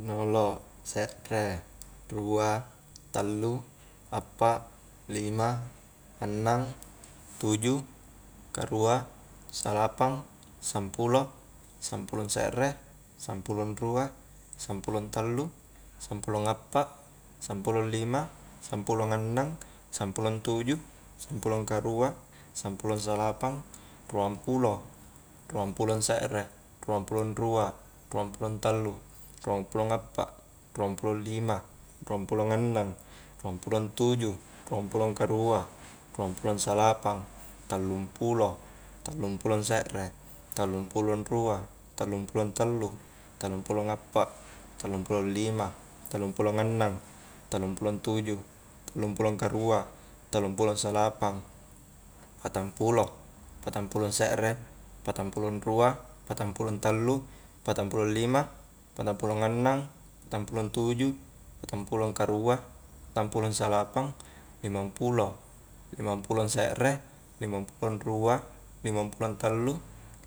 Nolo', se're, rua, tallu, appa, lima, annang, tuju, karua, salapang, sampulo, sampulong se're, sampulong rua, sampulong tallu, sampulong appa, sampulong lima, sampulong annang, sampulong tuju sampulong karua, sampulong salapang, ruang pulo, ruang pulo se're, ruang pulo rua, ruang pulo tallu, ruang pulo appa, ruang pulo lima, ruang pulo annang, ruang pulo tuju, ruang pulo karua, ruang pulo salapang, tallung pulo, tallung pulo se're, tallung pulo rua, tallung pulo tallu tallung pulo appa, tallung pulo lima, tallung pulo annang, tallung pulo tuju, tallung pulo karua, tallung pulo salapang, patang pulo, patang pulo se're, patang pulo rua, patang pulo tallu, patang pulo lima, patang pulo annang, patang pulo tuju, patang pulo karua, patang pulo salapang, limang pulo limang pulo se're, limang pulo rua, limang pulo tallu,